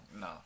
No